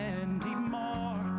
anymore